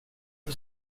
jag